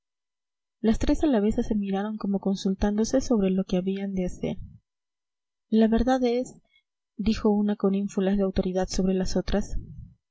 las tres alavesas se miraron como consultándose sobre lo que habían de hacer la verdad es dijo una con ínfulas de autoridad sobre las otras